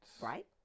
Right